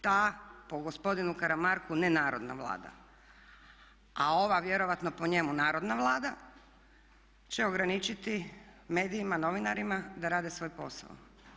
Ta po gospodinu Karamarku nenarodna Vlada a ova vjerovatno po njemu narodna Vlada će ograničiti medijima, novinarima da rade svoj posao.